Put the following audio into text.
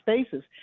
spaces